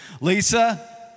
Lisa